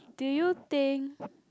do you think